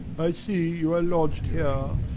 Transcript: i see you are lodged here,